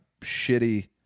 shitty